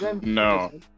no